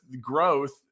growth